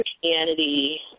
Christianity